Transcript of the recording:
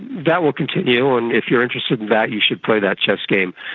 that will continue, and if you are interested in that you should play that chess game.